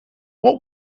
what